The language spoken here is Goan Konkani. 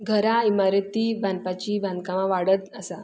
घरां इमारती बांदपाचीं बांदकामां वाडत आसा